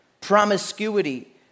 promiscuity